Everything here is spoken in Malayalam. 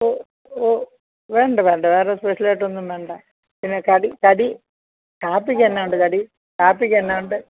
ഓ ഓ വേണ്ട വേണ്ട വേറെ സ്പെഷ്യലായിട്ടൊന്നും വേണ്ട പിന്നെ കടി കടി കാപ്പിക്കെന്നാ ഉണ്ട് കടി കാപ്പിക്കെന്നാ ഉണ്ട്